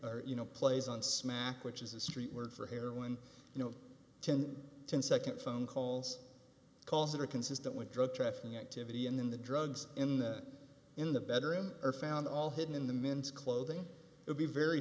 k you know plays on smack which is a street word for heroin you know ten ten second phone calls calls that are consistent with drug trafficking activity in the drugs in the in the bedroom are found all hidden in the men's clothing would be very